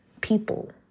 people